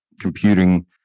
computing